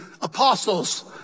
apostles